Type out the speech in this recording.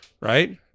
right